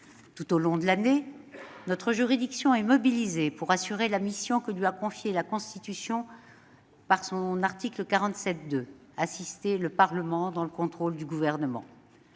tout au long de l'année, notre juridiction est mobilisée pour assurer la mission que lui a confiée la Constitution à l'article 47-2, assister le Parlement dans le contrôle de l'action du